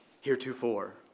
heretofore